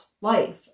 life